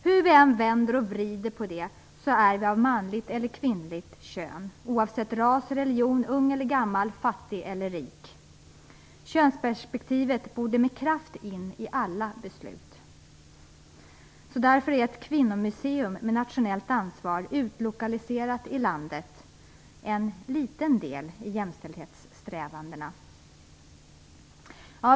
Hur vi än vänder och vrider på det så är vi av manligt eller kvinnligt kön, oavsett ras, oavsett religion, oavsett om vi är unga eller gamla och oavsett om vi är fattiga eller rika. Könsperspektivet borde med kraft tas med i alla beslut. Därför är ett kvinnomuseum med nationellt ansvar, utlokaliserat i landet, en liten del i jämställdhetssträvandena.